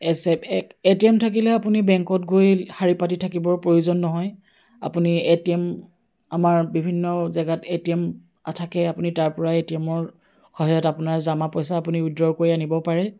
ATM থাকিলে আপুনি বেংকত গৈ শাৰী পাতি থাকিবৰ প্ৰয়োজন নহয় আপুনি এটিএম আমাৰ বিভিন্ন জেগাত এটিএম থাকে আপুনি তাৰ পৰা এটিএমৰ সহায়ত আপোনাৰ জমা পইচা আপুনি উইড্ৰ' কৰি আনিব পাৰে